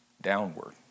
Downward